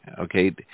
okay